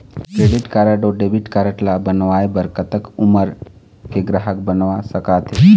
Credit card अऊ debit card ला बनवाए बर कतक उमर के ग्राहक बनवा सका थे?